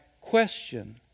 question